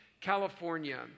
California